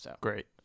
Great